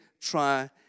try